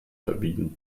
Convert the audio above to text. verbiegen